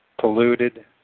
polluted